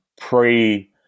Pre